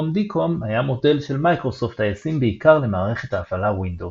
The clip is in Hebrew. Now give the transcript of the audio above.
COM/DCOM היה מודל של מיקרוסופט הישים בעיקר למערכת ההפעלה Windows.